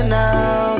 now